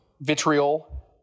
Vitriol